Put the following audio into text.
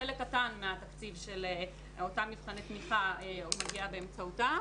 שחלק קטן מהתקציב של אותם מבחני תמיכה מגיע באמצעותם.